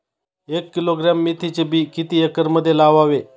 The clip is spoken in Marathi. एक किलोग्रॅम मेथीचे बी किती एकरमध्ये लावावे?